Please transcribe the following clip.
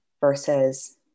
versus